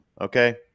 okay